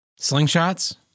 Slingshots